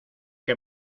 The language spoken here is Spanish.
que